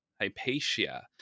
Hypatia